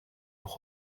auch